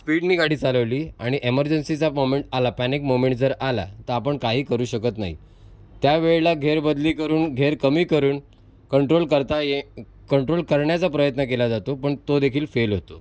स्पीडनी गाडी चालवली आणि एमर्जन्सिचा मोमेंट आला पॅनिक मोमेंट जर आला तर आपण काही करू शकत नाही त्यावेळला घेरबदली करून घेर कमी करून कंट्रोल करता ये कंट्रोल करण्याचा प्रयत्न केला जातो पण तोदेखील फेल होतो